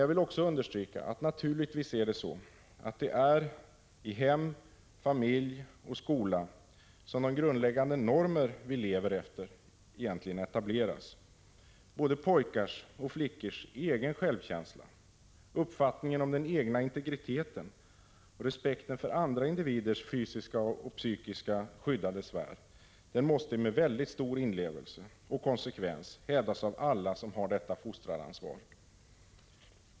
Jag vill också understryka att det naturligtvis är i hem, familj och skola som de grundläggande normer vi lever efter egentligen etableras. Både pojkars och flickors egen självkänsla, uppfattningen om den egna integriteten och respekten för andra individers fysiska och psykiska skyddade sfär måste med mycket stor inlevelse och konsekvens hävdas av alla som har detta fostraransvar.